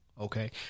okay